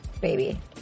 baby